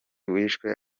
wishwe